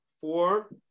Four